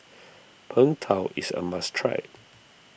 Png Tao is a must try